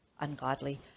ungodly